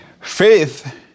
Faith